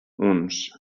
uns